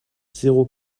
zéro